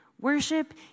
Worship